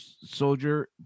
soldier